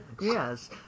Yes